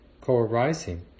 co-arising